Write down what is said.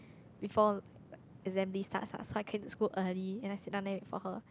before assembly starts lah so I can just go early and then sit down there wait for her